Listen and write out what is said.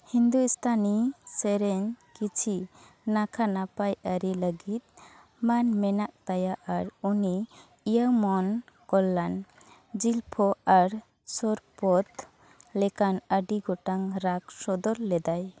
ᱦᱤᱱᱫᱩᱥᱛᱷᱟᱱᱤ ᱥᱮᱨᱮᱧ ᱠᱤᱪᱷᱤ ᱱᱟᱠᱷᱟ ᱱᱟᱯᱟᱭ ᱟᱨᱤ ᱞᱟᱹᱜᱤᱫ ᱢᱟᱹᱱ ᱢᱮᱱᱟᱜ ᱛᱟᱭᱟ ᱟᱨ ᱩᱱᱤ ᱤᱭᱟᱹᱢᱚᱱ ᱠᱚᱞᱞᱟᱱ ᱡᱤᱞᱯᱷᱚ ᱟᱨ ᱥᱚᱨᱯᱚᱫᱽ ᱞᱮᱠᱟᱱ ᱟᱹᱰᱤ ᱜᱚᱴᱟᱝ ᱨᱟᱜᱽ ᱥᱚᱫᱚᱨ ᱞᱮᱫᱟᱭ